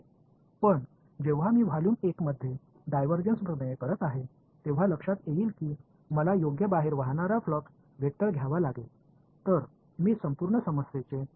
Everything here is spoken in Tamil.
ஆனால் நான் கொள்ளளவு 1 க்கு டைவர்ஜன்ஸ் தேற்றத்தைச் செய்யும்போது வெளியே செல்லும் ஃப்ளக்ஸ் வெக்டரை நான் எடுக்க வேண்டும் என்பதை நீங்கள் கவனிக்கிறீர்கள்